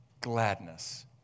gladness